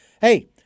hey